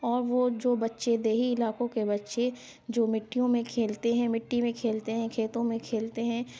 اور وہ جو بچے دیہی علاقوں کے بچے جو مٹیوں میں کھیلتے ہیں مٹی میں کھیلتے ہیں کھیتوں میں کھیلتے ہیں